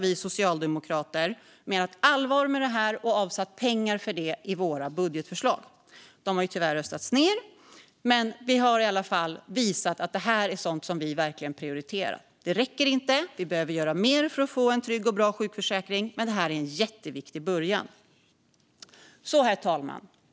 Vi socialdemokrater menar allvar, och vi har avsatt pengar för detta i våra budgetförslag. Förslagen har tyvärr röstats ned, men vi har i alla fall visat att vi verkligen prioriterar dessa frågor. Detta räcker inte, och vi behöver göra mer för att få en trygg och bra sjukförsäkring - men det här är en jätteviktig början. Herr talman!